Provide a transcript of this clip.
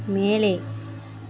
மேலே